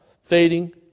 fading